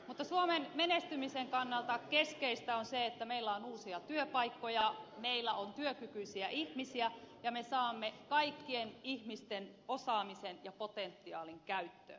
mutta suomen menestymisen kannalta keskeistä on se että meillä on uusia työpaikkoja meillä on työkykyisiä ihmisiä ja me saamme kaikkien ihmisten osaamisen ja potentiaalin käyttöön